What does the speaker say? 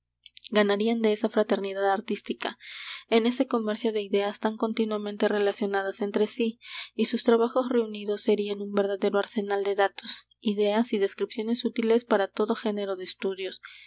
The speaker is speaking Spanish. ganarían en esa fraternidad artística en ese comercio de ideas tan continuamente relacionadas entre sí y sus trabajos reunidos serían un verdadero arsenal de datos ideas y descripciones útiles para todo género de estudios